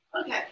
Okay